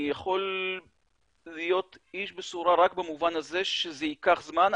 אני יכול להיות איש בשורה רק במובן הזה שזה ייקח זמן,